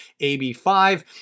AB5